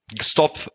stop